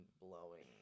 blowing